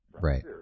right